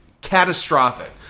catastrophic